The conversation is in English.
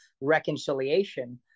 reconciliation